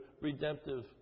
redemptive